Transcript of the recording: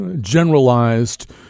generalized